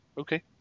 Okay